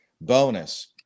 bonus